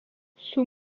sous